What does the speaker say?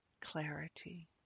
clarity